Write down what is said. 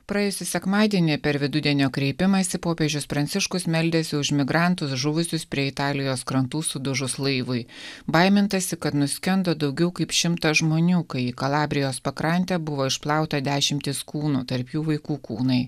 praėjusį sekmadienį per vidudienio kreipimąsi popiežius pranciškus meldėsi už migrantus žuvusius prie italijos krantų sudužus laivui baimintasi kad nuskendo daugiau kaip šimtas žmonių kai į kalabrijos pakrantę buvo išplauta dešimtys kūnų tarp jų vaikų kūnai